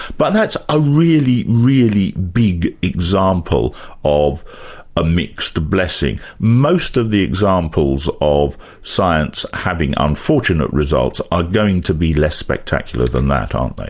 but that's a really, really big example of a mixed blessing. most of the examples of science having unfortunate results are gong to be less spectacular than that, aren't they?